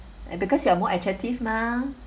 and because you are more attractive mah